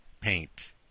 paint